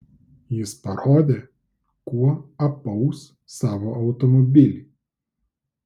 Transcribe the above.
jis parodė kuo apaus savo automobilį